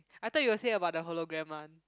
I thought you will say about the Hologram one